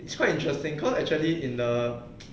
it's quite interesting cause actually in the